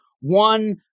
one